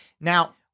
Now